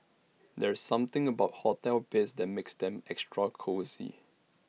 there's something about hotel beds that makes them extra cosy